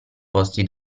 posti